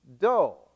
dough